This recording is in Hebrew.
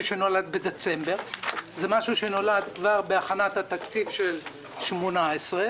שנולד בדצמבר אלא זה נולד כבר בהכנת התקציב של 2018,